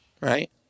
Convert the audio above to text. right